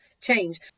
change